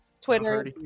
Twitter